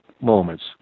moments